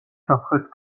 სამხრეთ